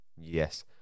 Yes